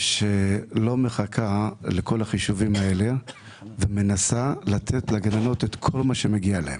שלא מחכה לכל החישובים האלה ומנסה לתת לגננות את כל מה שמגיע להן.